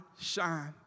shine